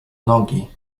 nogi